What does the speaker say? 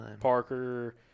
Parker